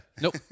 Nope